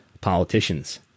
politicians